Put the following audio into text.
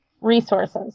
resources